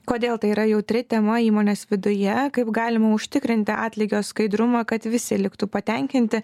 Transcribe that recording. kodėl tai yra jautri tema įmonės viduje kaip galima užtikrinti atlygio skaidrumą kad visi liktų patenkinti